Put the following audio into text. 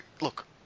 look